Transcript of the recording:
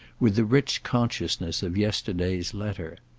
with the rich consciousness of yesterday's letter,